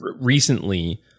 Recently